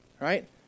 right